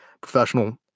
Professional